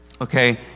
Okay